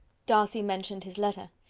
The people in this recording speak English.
darcy mentioned his letter.